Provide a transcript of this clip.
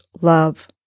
love